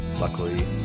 Luckily